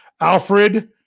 Alfred